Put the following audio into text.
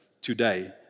today